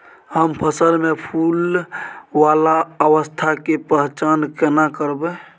हम फसल में फुल वाला अवस्था के पहचान केना करबै?